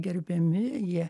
gerbiami jie